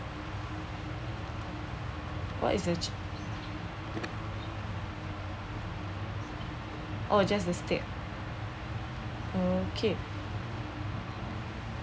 what is the oh just the steak ah okay